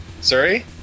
Sorry